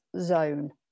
zone